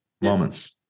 moments